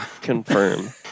Confirm